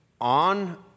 on